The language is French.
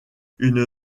une